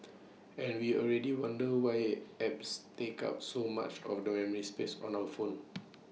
and we already wonder why at apps take up so much of the memory space on our phone